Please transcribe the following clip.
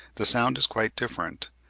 the sound is quite different.